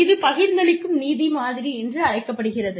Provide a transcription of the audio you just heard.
இது பகிர்ந்தளிக்கும் நீதி மாதிரி என்று அழைக்கப்படுகிறது